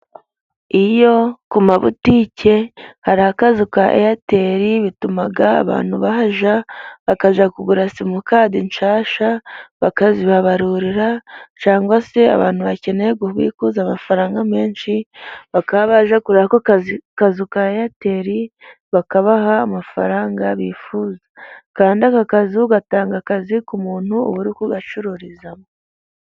Iyo ku mabutike hari akazu ka eyateri bituma, abantu bahaja bakaja kugura simukadi nshasha, bakazibabarurira, cyangwa se abantu bakeneye gu kubikuza amafaranga menshi, bakaba bajya kurako kazu ka eyateri bakabaha amafaranga bifuza kandi aka kazi gatanga akazi ku muntu ubu uri kugacururizamo.